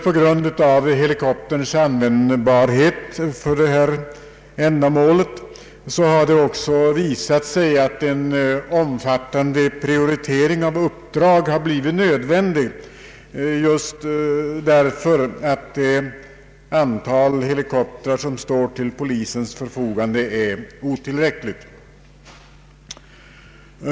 På grund av helikopterns användbarhet för detta ändamål har det också visat sig att en omfattande prioritering av uppdrag har blivit nödvändig därför att det antal helikoptrar som står till polisens förfogande är otillräckligt.